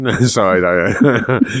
Sorry